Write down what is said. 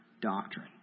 doctrine